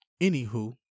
Anywho